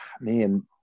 Man